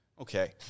Okay